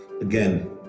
Again